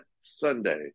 Sunday